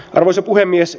arvoisa puhemies